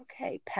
Okay